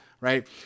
Right